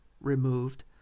removed